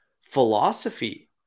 philosophy